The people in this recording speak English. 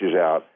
out